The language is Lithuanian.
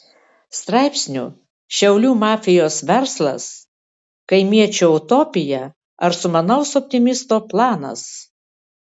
straipsnių šiaulių mafijos verslas kaimiečio utopija ar sumanaus optimisto planas